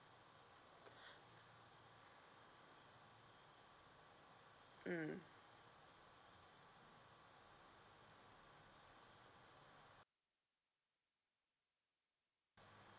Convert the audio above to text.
mm